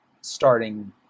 starting